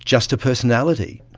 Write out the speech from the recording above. just a personality.